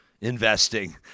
investing